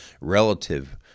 relative